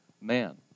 man